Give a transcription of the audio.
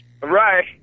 Right